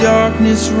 darkness